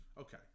Okay